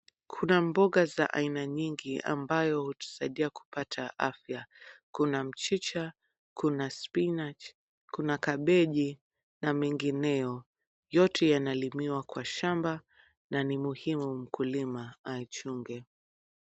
Kuna mboga za aina nyingi amabao hutusaidia kupata afya. Kuna mchicha, kuna spinach, kuna kabeji na mengineo. Yote yanalimiwa kwa shamba na ni muhimu mkulima ayachunge.